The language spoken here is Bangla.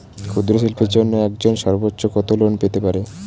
ক্ষুদ্রশিল্পের জন্য একজন সর্বোচ্চ কত লোন পেতে পারে?